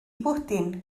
bwdin